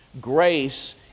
Grace